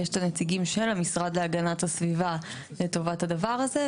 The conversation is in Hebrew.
יש את הנציגים של המשרד להגנת הסביבה לטובת הדבר הזה.